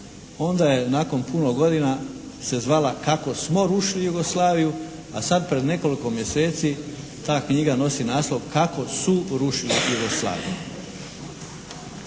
onda je nakon puno godina se zvala "Kako smo rušili Jugoslaviju", a sad pred nekoliko mjeseci ta knjiga nosi naslov "Kako su rušili Jugoslaviju".